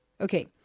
Okay